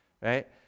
Right